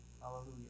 Hallelujah